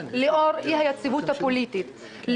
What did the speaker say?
לאור אי-היציבות הפוליטית,